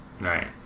right